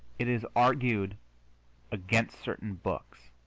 it is argued against certain books,